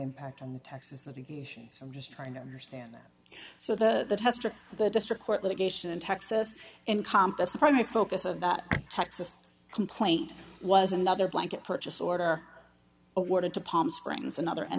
impact on the texas education i'm just trying to understand that so the tester the district court litigation in texas in comp that's the primary focus of that texas complaint was another blanket purchase order awarded to palm springs another and